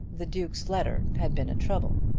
the duke's letter had been a trouble.